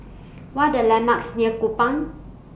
What Are The landmarks near Kupang